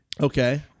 Okay